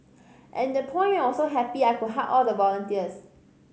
at that point I was so happy I could hug all the volunteers